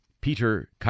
Peter